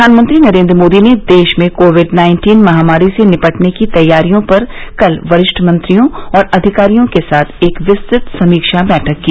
प्रधानमंत्री नरेन्द्र मोदी ने देश में कोविड नाइन्टीन महामारी से निपटने की तैयारियों पर कल वरिष्ठ मंत्रियों और अधिकारियों के साथ एक विस्तृत समीक्षा बैठक की